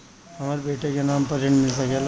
हमरा बेटा के नाम पर ऋण मिल सकेला?